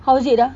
how is it ah